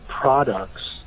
products